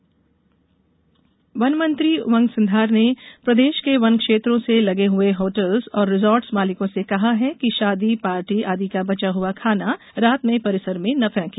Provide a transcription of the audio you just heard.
one मंत्री वन मंत्री उमंग सिंघार ने प्रदेश के वन क्षेत्रों से लगे हुए होटल्स और रिसॉर्टस मालिकों से कहा है कि शादी पार्टी आदि का बचा हुआ खाना रात में परिसर में न फेंके